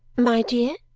my dear!